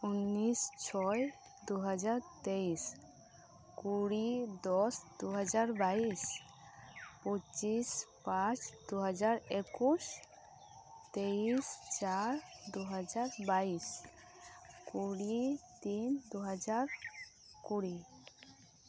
ᱩᱱᱤᱥ ᱪᱷᱚᱭ ᱫᱩ ᱦᱟᱡᱟᱨ ᱛᱮᱭᱤᱥ ᱠᱩᱲᱤ ᱫᱚᱥ ᱫᱩ ᱦᱟᱡᱟᱨ ᱵᱟᱭᱤᱥ ᱯᱚᱸᱪᱤᱥ ᱯᱟᱸᱪ ᱫᱩ ᱦᱟᱡᱟᱨ ᱮᱠᱩᱥ ᱛᱮᱭᱤᱥ ᱪᱟᱨ ᱫᱩ ᱦᱟᱡᱟᱨ ᱵᱟᱭᱤᱥ ᱠᱩᱲᱤ ᱛᱤᱱ ᱫᱩ ᱦᱟᱡᱟᱨ ᱠᱩᱲᱤ